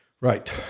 Right